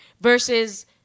versus